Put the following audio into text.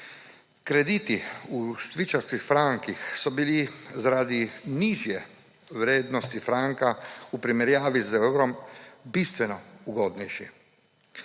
Krediti v švicarskih frankih so bili zaradi nižje vrednosti franka v primerjavi z evrom bistveno ugodnejši.